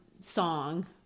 song